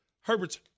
Herbert's